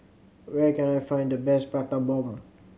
where can I find the best Prata Bomb